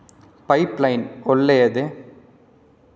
Pipe line ಒಳ್ಳೆಯದೇ?